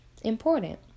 important